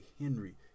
Henry